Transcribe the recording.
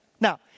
Now